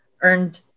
earned